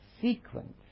sequence